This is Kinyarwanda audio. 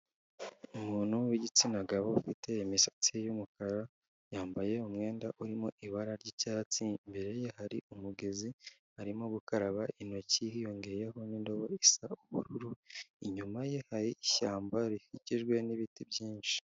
Umuntu w’igitsina gabo ufite imisatsi y'umukara yambaye umwenda urimo ibara ry’icyatsi imbere ye hari umugezi arimo gukaraba intoki hiyongeyeho n’indobo isa ubururu inyuma ye hari ishyamba rikikijwe n’ibiti byinshi